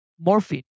Morphine